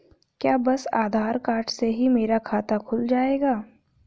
क्या बस आधार कार्ड से ही मेरा खाता खुल जाएगा?